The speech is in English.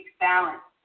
balance